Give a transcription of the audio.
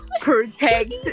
protect